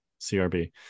CRB